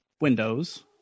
windows